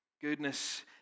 goodness